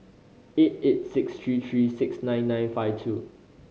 eight eight six three three six nine nine five two